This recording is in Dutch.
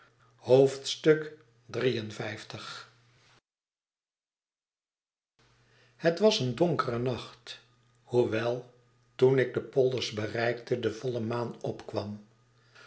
het was een donkere nacht hoewel toen ik de polders bereikte de voile maan opkwam